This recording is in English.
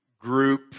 group